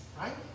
Right